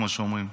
כמו שאומרים.